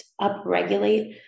upregulate